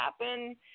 happen